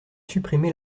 supprimer